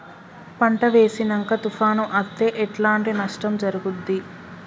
పంట వేసినంక తుఫాను అత్తే ఎట్లాంటి నష్టం జరుగుద్ది?